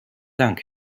dank